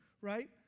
right